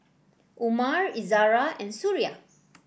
Umar Izzara and Suria